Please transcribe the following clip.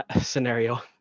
scenario